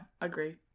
agree